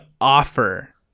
offer